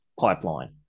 pipeline